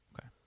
Okay